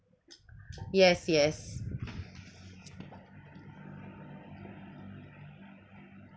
yes yes